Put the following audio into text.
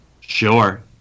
Sure